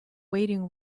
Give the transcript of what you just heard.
waiting